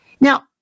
Now